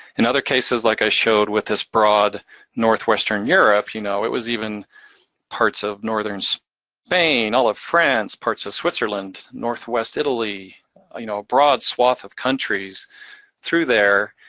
in other cases, like i showed, with this broad northwestern europe, you know it was even parts of northern spain, all of france, parts of switzerland, northwest italy you know broad swath of countries through there,